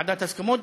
ועדות הסכמות,